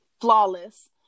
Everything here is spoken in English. flawless